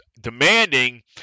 demanding